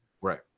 Right